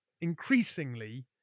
increasingly